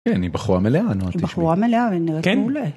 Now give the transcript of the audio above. כן, היא בחורה מלאה, נועה תשבי. היא בחורה מלאה, -כן. והיא נראית מעולה.